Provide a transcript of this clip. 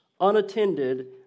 unattended